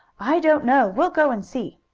i don't know. we'll go and see,